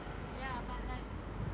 ya but like